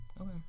Okay